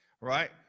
right